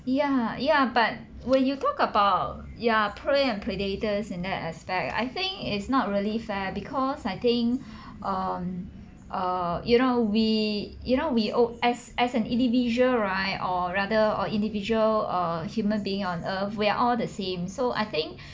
ya ya but when you talk about ya prey and predators in that aspect I think it's not really fair because I think um err you know we you know we o~ as as an individual right or rather or individual uh human being on earth we're all the same so I think